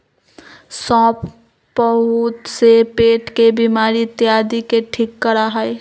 सौंफ बहुत से पेट के बीमारी इत्यादि के ठीक करा हई